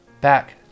back